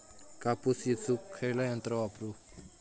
कापूस येचुक खयला यंत्र वापरू?